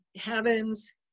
heavens